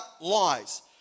Lies